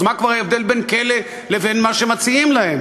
אז מה כבר ההבדל בין כלא לבין מה שמציעים להם?